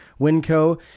Winco